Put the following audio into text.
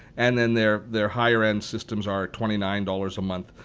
and then their their higher end systems are twenty nine dollars a month.